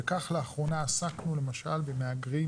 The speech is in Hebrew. וכך לאחרונה עסקנו למשל במהגרים